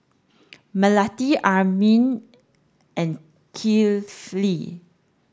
Melati Amrin and Kifli